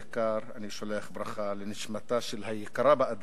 ובעיקר, אני שולח ברכה לנשמתה של היקרה באדם,